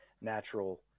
natural